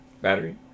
Battery